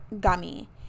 gummy